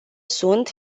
sunt